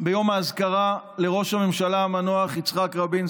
ביום האזכרה לראש הממשלה המנוח יצחק רבין,